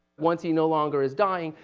once he no longer is dying,